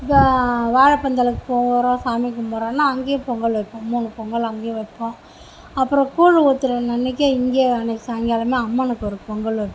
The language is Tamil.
இந்த வாழைப் பந்தலுக்கு போகிறோம் சாமி கும்பிட்றோனா அங்கேயே பொங்கல் வைப்போம் மூணு பொங்கல் அங்கேயே வைப்போம் அப்புறம் கூழு ஊத்துகிற அன்னிக்கி இங்கேயே அன்னிக்கி சாயங்காலமே அம்மனுக்கு ஒருபொங்கல் வைப்போம்